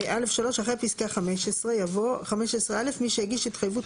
(א3) אחרי פסקה (15) יבוא:"(15א) מי שהגיש התחייבות